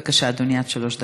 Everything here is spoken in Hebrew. בבקשה, אדוני, עד שלוש דקות.